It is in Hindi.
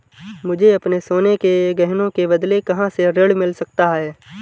मुझे अपने सोने के गहनों के बदले कहां से ऋण मिल सकता है?